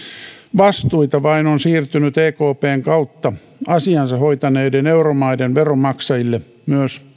vastuita vain on siirtynyt ekpn kautta asiansa hoitaneiden euromaiden veronmaksajille myös